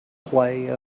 play